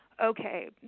okay